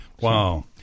Wow